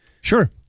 Sure